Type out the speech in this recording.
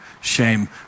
shame